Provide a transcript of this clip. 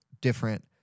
different